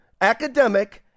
academic